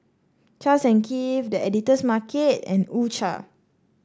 Charles and Keith The Editor's Market and U Cha